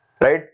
right